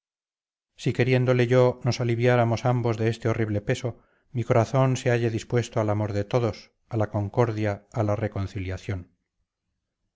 si queriéndole yo nos aliviáramos ambos de este horrible peso mi corazón se halla dispuesto al amor de todos a la concordia a la reconciliación